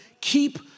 Keep